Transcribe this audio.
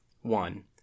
One